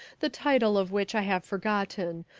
the title of which i have forgotten,